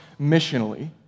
missionally